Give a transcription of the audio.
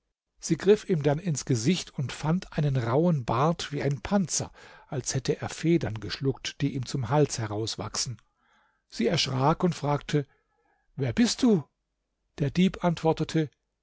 sie griff ihm dann ins gesicht und fand einen rauhen bart wie ein panzer als hätte er federn geschluckt die ihm zum hals heraus wachsen sie erschrak und fragte wer bist du der dieb antwortete